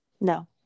No